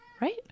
Right